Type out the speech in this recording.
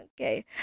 Okay